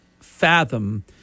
fathom